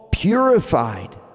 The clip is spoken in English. purified